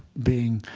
being,